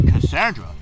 Cassandra